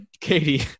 Katie